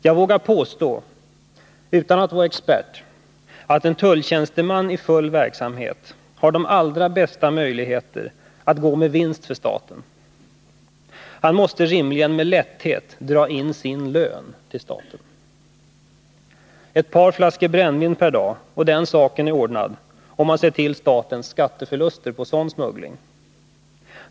Jag vågar påstå — utan att vara expert — att en tulltjänsteman i full verksamhet har de allra bästa möjligheter att gå med vinst för staten. Han måste rimligen med lätthet kunna dra in pengar motsvarande sin lön till staten. Ett par flaskor brännvin per dag — och den saken är ordnad, om man ser till statens skatteförluster på smuggling.